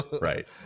Right